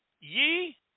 Ye